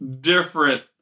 different